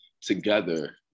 together